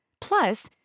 Plus